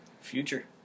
Future